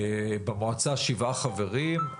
במועצה שבעה חברים,